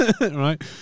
Right